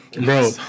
Bro